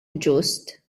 ġust